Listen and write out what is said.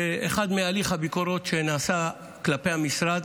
אחד מהליך הביקורות שנעשה כלפי המשרד